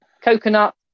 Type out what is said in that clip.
Coconut